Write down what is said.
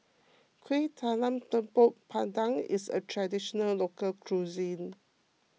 Kuih Talam Tepong Pandan is a Traditional Local Cuisine